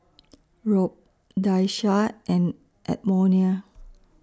Rob Daisha and Edmonia